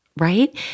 right